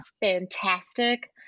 fantastic